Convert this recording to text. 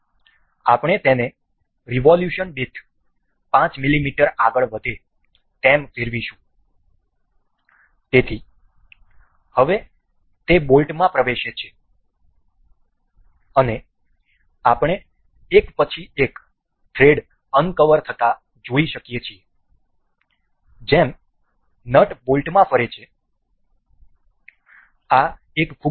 તેથી આપણે તેને રિવોલ્યુશન દીઠ 5 મીમી આગળ વધે તેમ ફેરવીશું તેથી હવે તે બોલ્ટમાં પ્રવેશે છે અને આપણે એક પછી એક થ્રેડો અનકવર થતા જોઈ શકીએ છીએ જેમ નટ બોલ્ટમાં ફરે છે